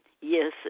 Yes